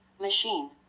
Machine